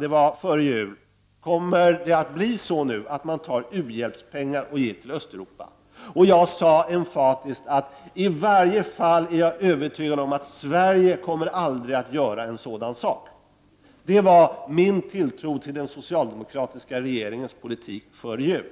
det var före jul, fick jag frågan: Kommer det att bli så nu att man tar u-hjälpspengar och ger till Östeuropa? Jag sade emfatiskt att i varje fall är jag övertygad om att Sverige aldrig kommer att göra en sådan sak. Det var min tilltro till den socialdemokratiska regeringens politik före jul.